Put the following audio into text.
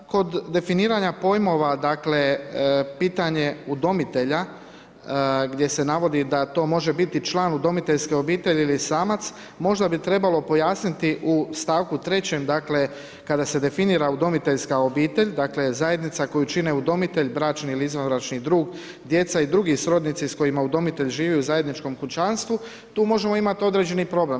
Kod definiranja pojmova dakle pitanje udomitelja gdje se navodi da to može biti član udomiteljske obitelji ili samac, možda bi trebalo pojasniti u stavku 3. dakle kada se definira udomiteljska obitelj, dakle zajednica koju čine udomitelj, bračni ili izvanbračni drug, djeca i dr. srodnici s kojima udomitelj živi u zajedničkom kućanstvu, tu možemo imati određeni problem.